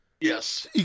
Yes